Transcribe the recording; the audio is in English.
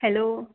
hello